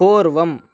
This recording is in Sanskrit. पूर्वम्